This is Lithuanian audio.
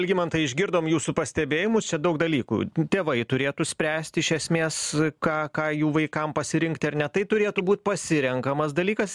algimantai išgirdom jūsų pastebėjimus čia daug dalykų tėvai turėtų spręsti iš esmės ką ką jų vaikam pasirinkti ar ne tai turėtų būt pasirenkamas dalykas